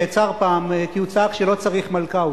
נעצר פעם כי הוא צעק שלא צריך מלכה.